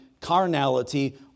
carnality